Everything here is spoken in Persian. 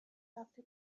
رفته